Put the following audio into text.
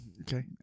Okay